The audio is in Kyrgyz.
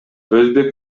өзбек